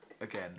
again